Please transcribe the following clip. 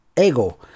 Ego